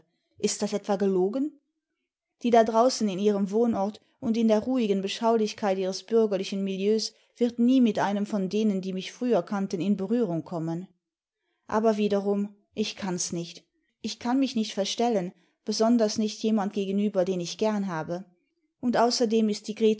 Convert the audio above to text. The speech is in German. ist das etwa gelogen die da draußen in ihrem wohnort und in der ruhigen beschaulichkeit ihres bürgerlichen milieus wird nie mit einem von denen die mich früher kannten in berührung konmien aber wiederum idhi kann s nicht ich kann mich nicht verstellen besonders nicht jemand genüber den ich gern habe und außerdem ist